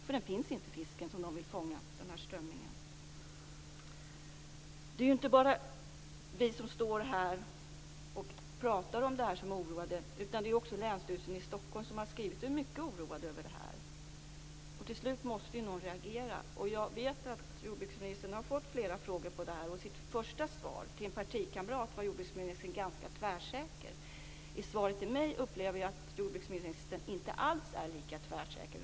Den strömming som de vill fånga finns inte. Det är inte bara vi som står här och talar om detta som är oroade utan det är också Länsstyrelsen i Stockholm som har skrivit om detta och är mycket oroad över detta. Till slut måste ju någon reagera. Och jag vet att jordbruksministern har fått flera frågor om detta. I sitt första svar till en partikamrat var jordbruksministern ganska tvärsäker. I svaret till mig upplever jag att jordbruksministern inte alls är lika tvärsäker.